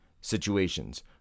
situations